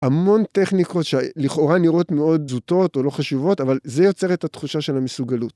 המון טכניקות שלכאורה נראות מאוד זוטות או לא חשיבות, אבל זה יוצר את התחושה של המסוגלות.